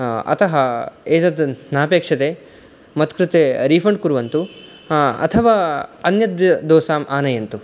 अतः एतत् नापेक्षते मत्कृते रीफ़ण्ड् कुर्वन्तु अथवा अन्यद्दोसाम् आनयन्तु